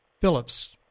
Phillips